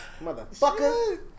motherfucker